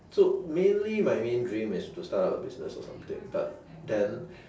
so mainly my main dream is to start up a business or something but then